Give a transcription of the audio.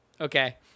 okay